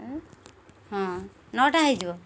ହଁ ନଅଟା ହେଇଯିବ